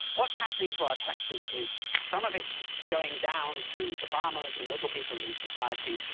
what's happening to our taxes is some of it's going down to the farmers and the little people in society,